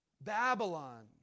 Babylon